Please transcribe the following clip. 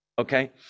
Okay